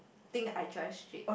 think I drive straight